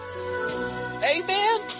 Amen